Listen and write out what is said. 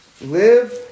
live